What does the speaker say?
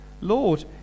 Lord